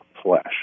flesh